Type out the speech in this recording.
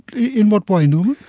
in what way, norman?